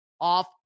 off